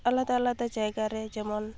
ᱟᱞᱟᱫᱟ ᱟᱞᱟᱫᱟ ᱡᱟᱭᱜᱟᱨᱮ ᱡᱮᱢᱚᱱ